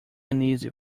uneasy